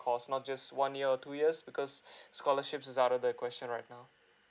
course not just one year or two years because scholarships is out of the question right now